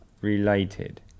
related